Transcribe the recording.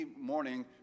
morning